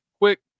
quick